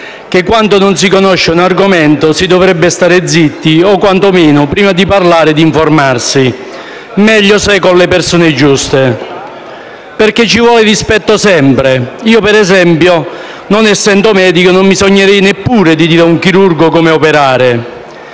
che quando non si conosce un argomento si dovrebbe stare zitti o quantomeno, prima di parlare, sarebbe necessario informarsi, meglio se con le persone giuste. Infatti ci vuole sempre rispetto. Io, per esempio, non essendo medico, non mi sognerei neppure di dire ad un chirurgo come operare.